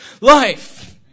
life